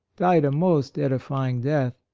died a most edify ing death.